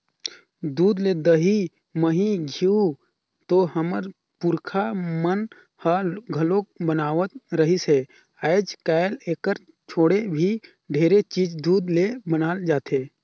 दूद ले दही, मही, घींव तो हमर पूरखा मन ह घलोक बनावत रिहिस हे, आयज कायल एखर छोड़े भी ढेरे चीज दूद ले बनाल जाथे